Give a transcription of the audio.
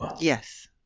Yes